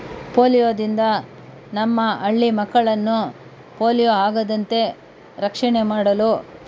ಪೋಲಿಯೋದಿಂದ ನಮ್ಮ ಹಳ್ಳಿ ಮಕ್ಕಳನ್ನು ಪೋಲಿಯೋ ಆಗದಂತೆ ರಕ್ಷಣೆ ಮಾಡಲು